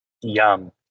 Yum